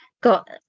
got